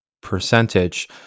percentage